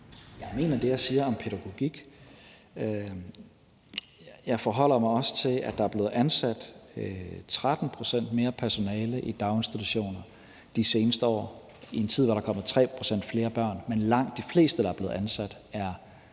Jeg mener det, jeg siger om pædagogik. Jeg forholder mig også til, at der er blevet ansat 13 pct. mere personale i daginstitutionerne de seneste år, i en tid hvor der er kommet 3 pct. flere børn, men hvor langt de fleste, der er blevet ansat, er